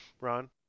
ron